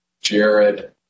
Jared